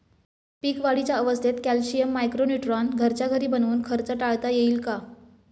पीक वाढीच्या अवस्थेत calcium, micro neutron घरच्या घरी बनवून खर्च टाळता येईल का?